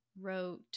wrote